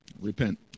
Repent